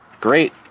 great